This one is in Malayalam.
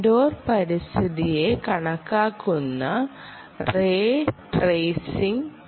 ഇൻഡോർ പരിസ്ഥിതിയെ കണക്കാക്കുന്ന റേ ട്രെയ്സിംഗ്